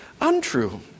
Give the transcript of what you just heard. untrue